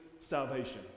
salvation